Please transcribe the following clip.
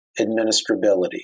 administrability